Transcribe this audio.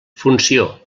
funció